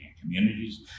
communities